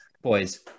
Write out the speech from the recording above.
boys